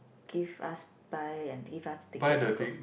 give us buy and give us ticket and go